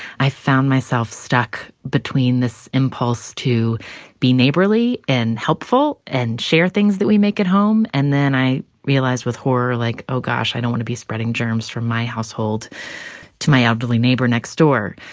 i found myself stuck between this impulse to be neighborly and helpful and share things that we make at home and then i realized with horror, like oh gosh, i don't want to be spreading germs from my household to my elderly neighbor next door.